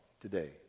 today